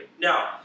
Now